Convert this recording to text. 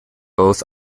both